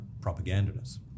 propagandists